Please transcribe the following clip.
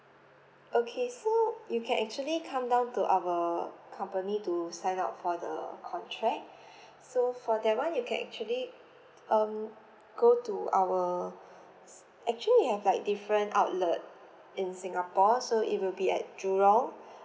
okay so you can actually come down to our company to sign up for the contract so for that one you can actually um go to our actually we have like different outlet in singapore so it will be at jurong